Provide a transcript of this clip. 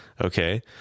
okay